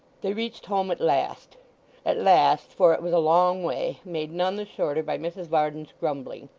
they reached home at last at last, for it was a long way, made none the shorter by mrs varden's grumbling.